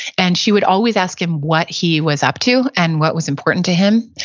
and she would always ask him what he was up to and what was important to him.